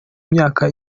imyaka